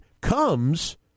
comes